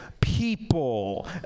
people